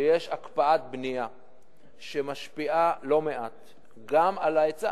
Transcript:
שיש הקפאת בנייה שמשפיעה לא מעט גם על ההיצע,